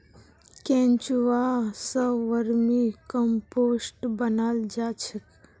केंचुआ स vermicompost बनाल जा छेक